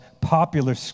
popular